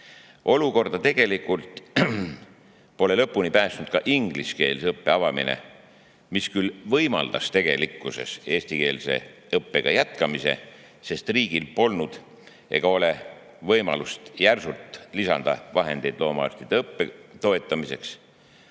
Olukorda pole lõpuni päästnud ka ingliskeelse õppe avamine, mis küll võimaldas tegelikkuses eestikeelse õppega jätkamise, sest riigil polnud siis ega ole praegugi võimalust järsult lisada vahendeid loomaarstide õppe toetamiseks.